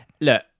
Look